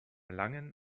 langen